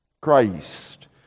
Christ